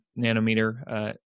nanometer